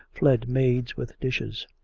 fled maids with dishes.